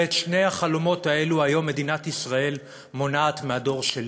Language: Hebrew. ואת שני החלומות האלו היום מדינת ישראל מונעת מהדור שלי.